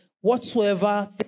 whatsoever